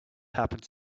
happened